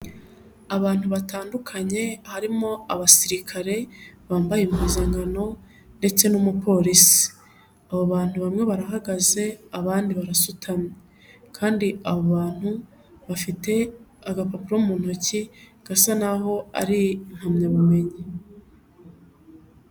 Abantu batandukanye, harimo abasirikare bambaye impuzankano ndetse n'umupolisi, abo bantu bamwe barahagaze abandi barasukamye kandi abo bantu bafite agapapuro mu ntoki, gasa n'aho ari impamyabumenyi.